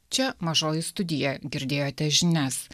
čia mažoji studija girdėjote žinias